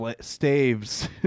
Staves